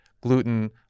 gluten